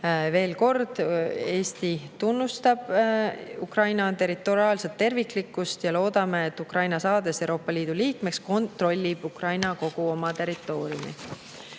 Veel kord, Eesti tunnustab Ukraina territoriaalset terviklikkust ja loodame, et saades Euroopa Liidu liikmeks, kontrollib Ukraina kogu oma territooriumi. Kolmas